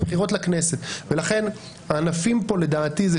ולכן הענפים פה לדעתי,